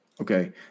Okay